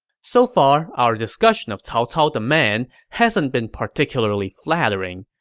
so far, our discussion of cao cao the man hasn't been particularly flattering,